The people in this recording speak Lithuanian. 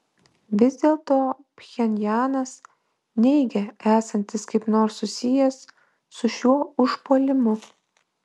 vis dėlto pchenjanas neigia esantis kaip nors susijęs su šiuo užpuolimu